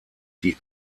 die